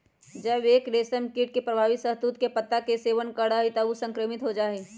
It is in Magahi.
जब एक रेशमकीट प्रभावित शहतूत के पत्ता के सेवन करा हई त ऊ संक्रमित हो जा हई